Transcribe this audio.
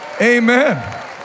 Amen